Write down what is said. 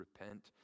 repent